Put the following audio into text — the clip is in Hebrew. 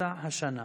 באמצע השנה.